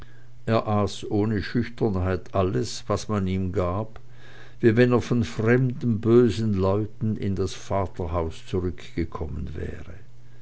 ohne schüchternheit alles was man ihm gab wie wenn er von fremden bösen leuten in das vaterhaus zurückgekommen wäre